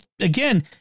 again